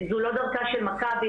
זו לא דרכה של מכבי,